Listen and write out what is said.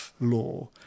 law